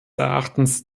erachtens